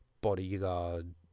bodyguard